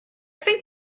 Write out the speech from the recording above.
think